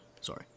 Sorry